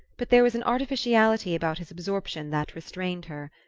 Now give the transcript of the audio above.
but there was an artificiality about his absorption that restrained her.